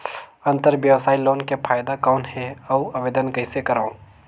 अंतरव्यवसायी लोन के फाइदा कौन हे? अउ आवेदन कइसे करव?